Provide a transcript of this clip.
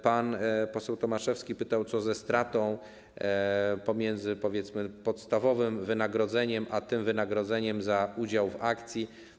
Pan poseł Tomaszewski pytał, co ze stratą, różnicą pomiędzy, powiedzmy, podstawowym wynagrodzeniem a wynagrodzeniem za udział w akcji.